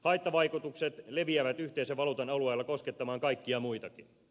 haittavaikutukset leviävät yhteisen valuutan alueella koskettamaan kaikkia muitakin